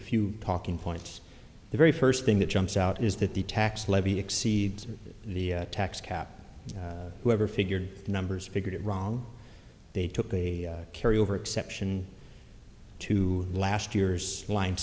a few talking points the very first thing that jumps out is that the tax levy exceeds the tax cap whoever figured the numbers figured it wrong they took a carryover exception to last year's li